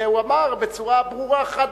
הוא אמר בצורה ברורה, חד-משמעית.